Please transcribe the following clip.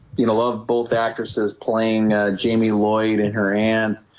you know love both actresses playing jamie lloyd and her aunt